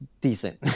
decent